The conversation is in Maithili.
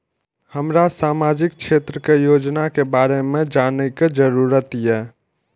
हमरा सामाजिक क्षेत्र के योजना के बारे में जानय के जरुरत ये?